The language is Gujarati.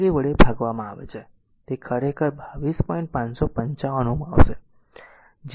555 Ω આવશે જે પણ અહીં બનાવવામાં આવે છે